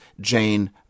Jane